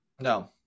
No